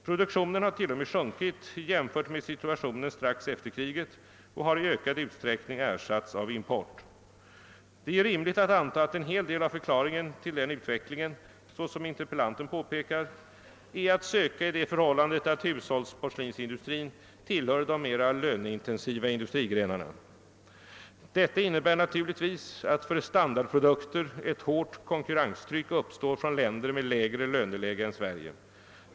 Produktionen har t.o.m. sjunkit jämfört med situationen strax efter kriget och har i ökad utsträckning ersattts av import. Det är rimligt att anta att en hel del av förklaringen till den utvecklingen såsom interpellanten påpekar är att söka i det förhållandet att hushållsporslinsindustrin tillhör de mera löneintensiva industrigrenarna. Detta innebär naturligtvis att för standardprodukter ett hårt konkurrenstryck uppstår från länder med lägre löneläge än Sve rige.